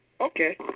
Okay